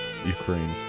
Ukraine